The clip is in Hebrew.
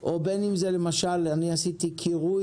או בין אם זה למשל, אני עשיתי קירוי,